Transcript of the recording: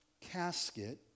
casket